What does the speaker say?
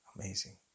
amazing